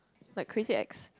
like crazy ex